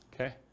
Okay